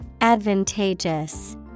Advantageous